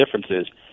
differences